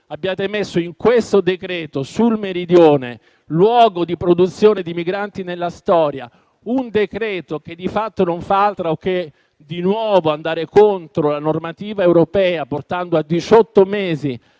abbiate inserito in questo decreto sul Meridione, luogo di produzione di migranti nella storia, una norma che di fatto non fa altro che andare di nuovo contro la normativa europea, portando a